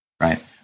right